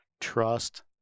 trust